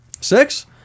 Six